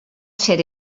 ser